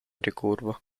ricurvo